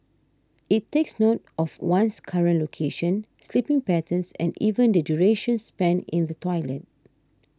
it takes note of one's current location sleeping patterns and even the duration spent in the toilet